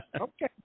Okay